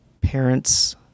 parents